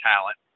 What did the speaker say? talent